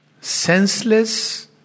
senseless